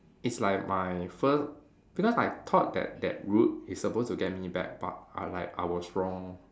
it's like my first because I thought that that route is supposed to get me back but I like I was wrong